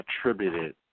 attributed